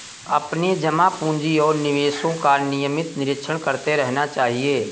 अपने जमा पूँजी और निवेशों का नियमित निरीक्षण करते रहना चाहिए